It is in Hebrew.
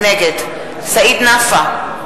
נגד סעיד נפאע,